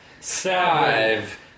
five